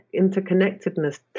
interconnectedness